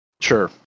Sure